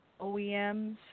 OEMs